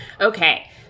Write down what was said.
Okay